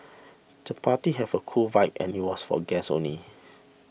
the party have a cool vibe and was for guests only